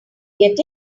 get